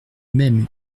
même